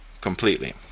...completely